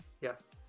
Yes